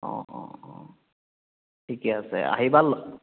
অ' অ' অ' ঠিকে আছে আহিবা লগ